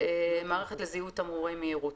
מערכת לזיהוי תמרורי מהירות.